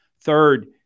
Third